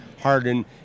Harden